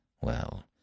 Well